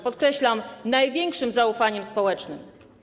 Podkreślam: największym zaufaniem społecznym.